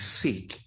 seek